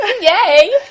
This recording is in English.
Yay